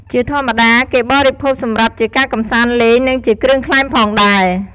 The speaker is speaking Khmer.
ជាធម្មតា គេបរិភោគសម្រាប់ជាការកំសាន្តលេង និងជាគ្រឿងក្លែមផងដែរ។